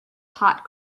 hot